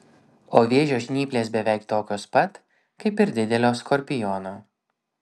o vėžio žnyplės beveik tokios pat kaip ir didelio skorpiono